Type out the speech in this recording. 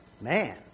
Man